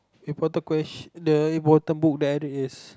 important ques~ the important book there is